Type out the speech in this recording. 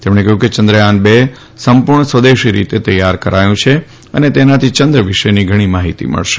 તેમણે કહ્યું કે ચંંદ્રયાન બે સંપૂર્ણ સ્વદેશી રીતે તૈયાર કરાયું છે અને તેનાથી ચંદ્ર વિશેની ઘણી માહીતી મળશે